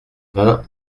vingt